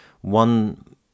one